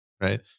Right